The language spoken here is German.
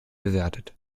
bewertet